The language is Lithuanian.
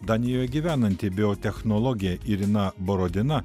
danijoje gyvenanti biotechnologė irina borodina